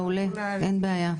מעולה, אין בעיה.